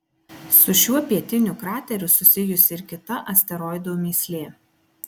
su šiuo pietiniu krateriu susijusi ir kita asteroido mįslė